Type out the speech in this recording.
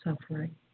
suffering